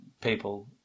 people